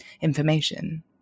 information